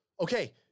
okay